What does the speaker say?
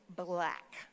black